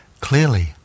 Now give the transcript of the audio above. Clearly